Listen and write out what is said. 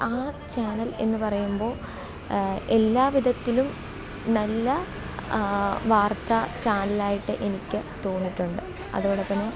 ആ ചാനൽ എന്നു പറയുമ്പോൾ എല്ലാവിധത്തിലും നല്ല വാർത്താ ചാനലായിട്ട് എനിക്ക് തോന്നിയിട്ടുണ്ട് അതുപോലെതന്നെ